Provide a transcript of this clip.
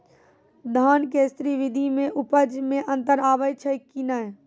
धान के स्री विधि मे उपज मे अन्तर आबै छै कि नैय?